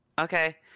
Okay